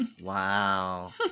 Wow